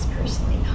personally